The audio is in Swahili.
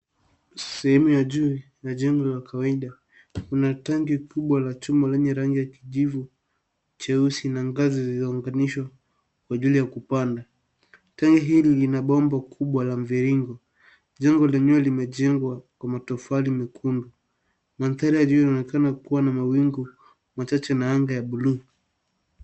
Sehemu ya juu ya jengo ya kawaida kuna tanki kubwa ya chuma enye rangi ya kijivu, jeusi na ngazi zilizounganishwa kwa ajili ya kupanda, tanki hili lina pambo kubwa la mviringo. Jengo lenyewe limejengwa kwa matofali mekundu. Maandari ya juu unaonekana kuwa na mawingu machache na angaa la buluu.